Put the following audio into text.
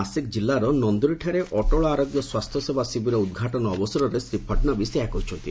ନାସିକ୍ ଜିଲ୍ଲାର ନନ୍ଦୁରିଠାରେ ଅଟଳ ଆରୋଗ୍ୟ ସ୍ୱାସ୍ଥ୍ୟସେବା ଶିବିର ଉଦ୍ଘାଟନ ଅବସରରେ ଶ୍ରୀ ଫଡ଼ନବିସ୍ ଏହା କହିଛନ୍ତି